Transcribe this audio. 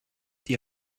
die